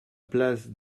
place